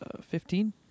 Fifteen